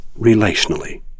relationally